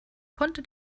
konnte